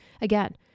Again